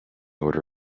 order